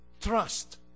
trust